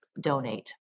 donate